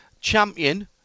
champion